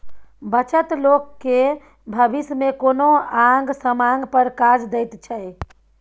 बचत लोक केँ भबिस मे कोनो आंग समांग पर काज दैत छै